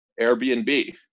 Airbnb